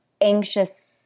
anxious